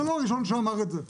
אתה לא הראשון שאמר את זה.